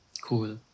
cool